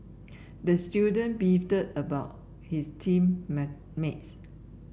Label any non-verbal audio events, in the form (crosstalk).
the student beefed about his team (unintelligible) mates